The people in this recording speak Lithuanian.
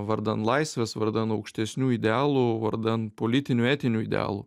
vardan laisvės vardan aukštesnių idealų vardan politinių etinių idealų